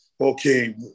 okay